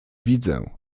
widzę